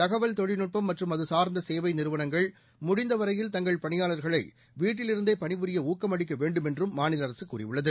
தகவல் தொழில்நுட்பம் மற்றும் அது சார்ந்த சேவை நிறுவனங்கள் முடிந்த வரையில் தங்கள் பணியாளர்களை வீட்டில் இருந்தே பணிபுரிய ஊக்கம் அளிக்க வேண்டுமென்றும் மாநில அரசு கூறியுள்ளது